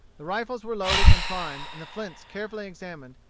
the rifles were loaded and primed, and the flints carefully examined,